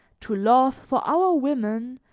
to love, for our women,